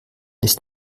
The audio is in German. ist